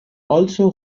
also